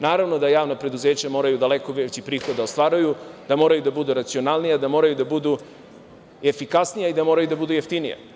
Naravno, da javna preduzeća moraju daleko veći prihod da ostvaruju, da moraju da budu racionalnija, da moraju da budu efikasnija i da moraju da budu jeftinija.